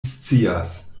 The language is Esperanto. scias